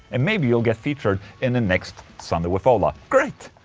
and maybe you'll get featured in the next sunday with ola. great.